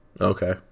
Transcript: Okay